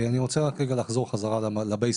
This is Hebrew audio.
אני רוצה רק רגע לחזור חזרה לבייסיק.